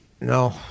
No